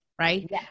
Right